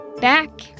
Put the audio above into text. back